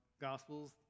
gospels